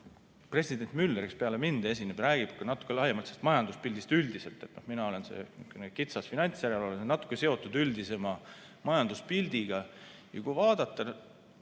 president Müller, kes peale mind esineb, räägib ka natuke laiemalt majanduspildist üldiselt. Mina olen see kitsas finantsjärelevalve, aga see on natuke seotud üldisema majanduspildiga. Kui vaadata